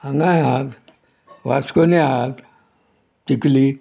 हांगाय हात वास्कोणी आहात चिकली